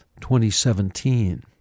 2017